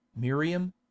Miriam